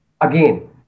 Again